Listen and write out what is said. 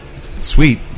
Sweet